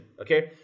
Okay